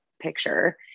picture